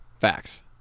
Facts